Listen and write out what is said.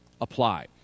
apply